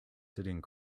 sitting